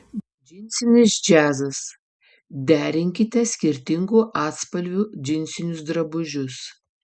džinsinis džiazas derinkite skirtingų atspalvių džinsinius drabužius